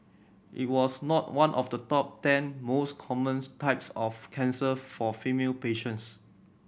it was not one of the top ten most commons types of cancer for female patients